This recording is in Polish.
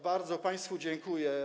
Bardzo państwu dziękuję.